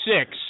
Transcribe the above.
six